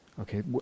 Okay